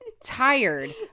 tired